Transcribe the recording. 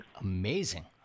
Amazing